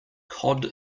cod